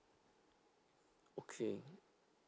okay